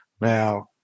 Now